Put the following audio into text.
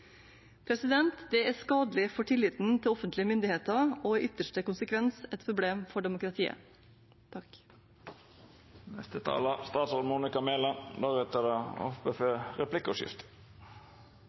Det er skadelig for tilliten til offentlige myndigheter og i ytterste konsekvens et problem for demokratiet.